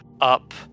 up